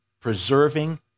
preserving